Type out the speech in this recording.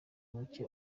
muke